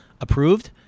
approved